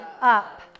up